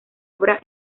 obra